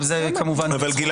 בצחוק.